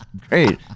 great